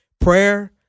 Prayer